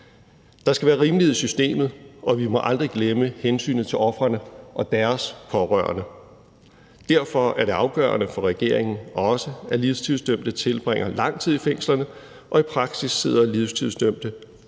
Der skal være rimelighed i systemet, og vi må aldrig glemme hensynet til ofrene og deres pårørende. Derfor er det afgørende for regeringen også, at livstidsdømte tilbringer lang tid i fængslerne, og i praksis sidder livstidsdømte fængslet